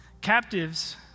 Captives